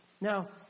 Now